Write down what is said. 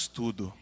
tudo